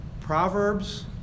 Proverbs